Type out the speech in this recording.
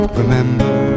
remember